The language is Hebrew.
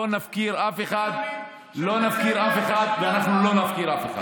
לא נפקיר אף אחד ואנחנו לא נפקיר אף אחד.